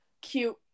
cute